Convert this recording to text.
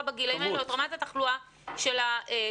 בגילים האלה או את רמת התחלואה של התלמידים.